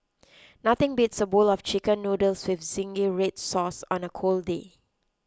nothing beats a bowl of Chicken Noodles with Zingy Red Sauce on a cold day